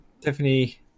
tiffany